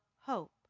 hope